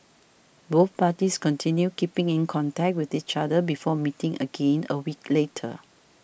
both parties continued keeping in contact with each other before meeting again a week later